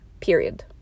period